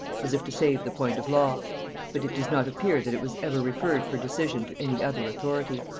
as if to save the point of law but it does not appear that it was ever referred for decision to any other authority.